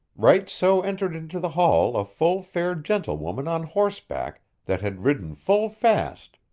right so entered into the hall a full fair gentlewoman on horseback, that had ridden full fast,